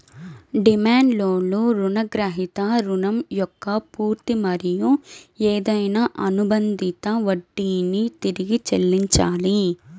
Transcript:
demand లోన్లో రుణగ్రహీత రుణం యొక్క పూర్తి మరియు ఏదైనా అనుబంధిత వడ్డీని తిరిగి చెల్లించాలి